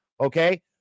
Okay